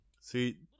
see